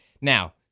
Now